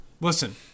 listen